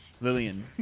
Lillian